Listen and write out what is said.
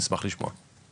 נשמח לשמוע.